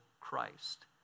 Christ